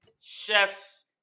chefs